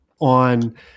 on